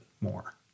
more